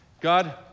God